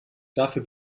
dafür